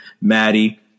Maddie